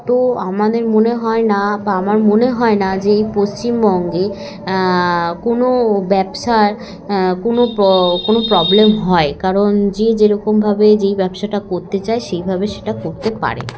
তো আমাদের মনে হয় না বা আমার মনে হয় না যে এই পশ্চিমবঙ্গে কোনো ব্যবসার কোনো কোনো প্রবলেম হয় কারণ যে যেরকমভাবে যেই ব্যবসাটা করতে চায় সেইভাবে সেটা করতে পারে